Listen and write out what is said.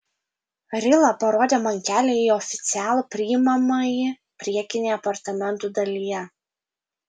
rila parodė man kelią į oficialų priimamąjį priekinėje apartamentų dalyje